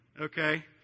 Okay